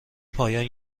پایان